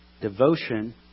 Devotion